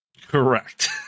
correct